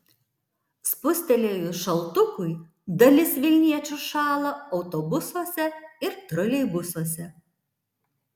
spustelėjus šaltukui dalis vilniečių šąla autobusuose ir troleibusuose